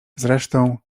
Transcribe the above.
zresztą